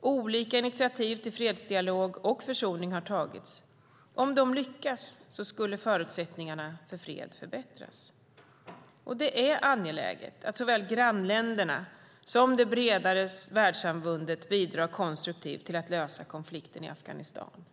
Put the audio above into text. Olika initiativ till fredsdialog och försoning har tagits. Om de lyckas skulle förutsättningarna för fred förbättras. Det är angeläget att såväl grannländerna som det bredare världssamfundet bidrar konstruktivt till att lösa konflikten i Afghanistan.